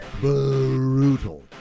brutal